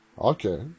Okay